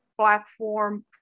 platform